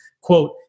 quote